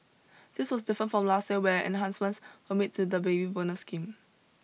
this was different from last year where enhancements were made to the baby bonus scheme